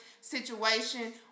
situation